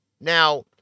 Now